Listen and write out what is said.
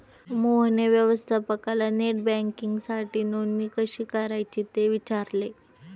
मोहनने व्यवस्थापकाला नेट बँकिंगसाठी नोंदणी कशी करायची ते विचारले